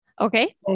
Okay